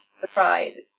surprise